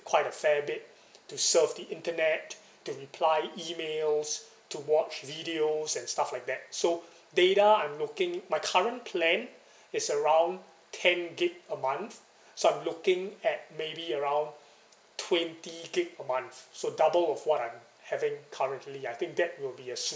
quite a fair bit to surf the internet to reply emails to watch videos and stuff like that so data I'm looking my current plan is around ten gig a month so I'm looking at maybe around twenty gig a month so double of what I'm having currently I think that would be a sui~